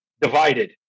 divided